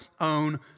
own